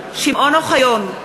בעד שמעון אוחיון,